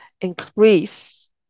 increase